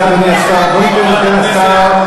אדוני היושב-ראש, אני גר שם,